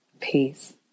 peace